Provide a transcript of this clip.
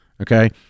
Okay